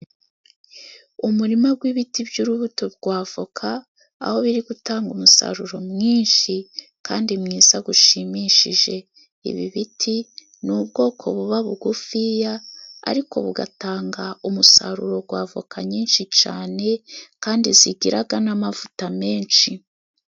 Umurima w'ibiti by'urubuto rwa voka aho biri gutanga umusaruro mwinshi kandi mwiza gushimishije, ibi biti ni ubwoko buba bugufiya ariko bugatanga umusaruro gwa avoka nyinshi cane, kandi zigiraga n'amavuta menshi.